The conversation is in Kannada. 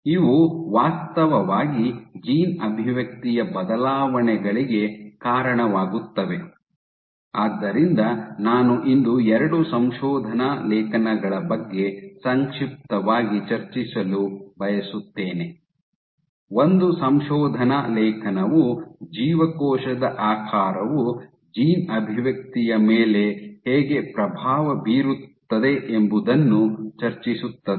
ಇವು ವಾಸ್ತವವಾಗಿ ಜೀನ್ ಅಭಿವ್ಯಕ್ತಿಯ ಬದಲಾವಣೆಗಳಿಗೆ ಕಾರಣವಾಗುತ್ತವೆ ಆದ್ದರಿಂದ ನಾನು ಇಂದು ಎರಡು ಸಂಶೋಧನಾ ಲೇಖನಗಳ ಬಗ್ಗೆ ಸಂಕ್ಷಿಪ್ತವಾಗಿ ಚರ್ಚಿಸಲು ಬಯಸುತ್ತೇನೆ ಒಂದು ಸಂಶೋಧನಾ ಲೇಖನವು ಜೀವಕೋಶದ ಆಕಾರವು ಜೀನ್ ಅಭಿವ್ಯಕ್ತಿಯ ಮೇಲೆ ಹೇಗೆ ಪ್ರಭಾವ ಬೀರುತ್ತದೆ ಎಂಬುದನ್ನು ಚರ್ಚಿಸುತ್ತದೆ